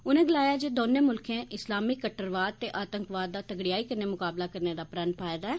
उनें गलाया जे दौनें मुल्खें इस्लामिक कट्टरवाद ते आतंकवाद दा तगड़ेयाई कन्नै मकाबला करने दा प्रण पाए दा ऐ